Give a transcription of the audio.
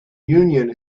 union